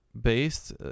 based